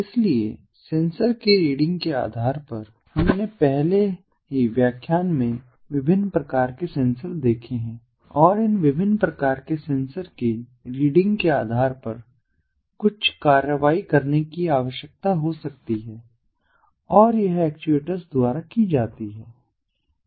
इसलिए सेंसर की रीडिंग के आधार पर हमने पहले ही व्याख्यान में विभिन्न प्रकार के सेंसर देखे हैं और इन विभिन्न प्रकार के सेंसर की रीडिंग के आधार पर कुछ कार्रवाई करने की आवश्यकता हो सकती है और यह एक्चुएटर्स द्वारा कि जाती है